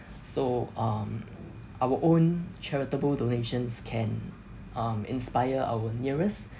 so um our own charitable donations can um inspire our nearest